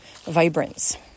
vibrance